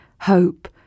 hope